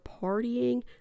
partying